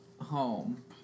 home